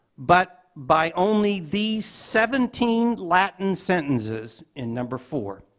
but by only these seventeen latin sentences, in number four,